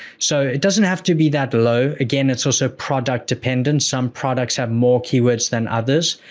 so, it doesn't have to be that low, again, it's also product-dependent. some products have more keywords than others,